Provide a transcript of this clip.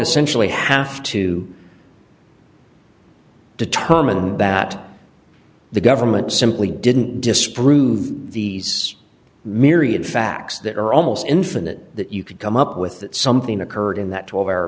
essentially have to determine that the government simply didn't disprove these myriad facts that are almost infinite that you could come up with that something occurred in that twelve hour